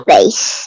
Face